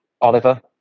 Oliver